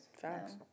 Facts